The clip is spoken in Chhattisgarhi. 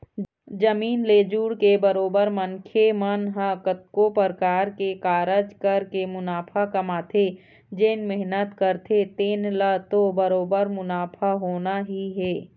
जमीन ले जुड़के बरोबर मनखे मन ह कतको परकार के कारज करके मुनाफा कमाथे जेन मेहनत करथे तेन ल तो बरोबर मुनाफा होना ही हे